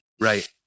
Right